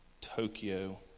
Tokyo